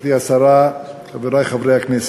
גברתי השרה, חברי חברי הכנסת,